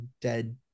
dead